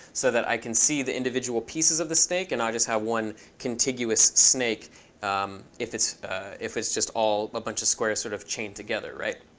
so that i can see the individual pieces of the snake. and now i just have one contiguous snake if it's if it's just all a bunch of squares sort of chain together, right?